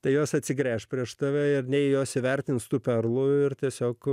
tai jos atsigręš prieš tave ir nei jos įvertins tų perlų ir tiesiog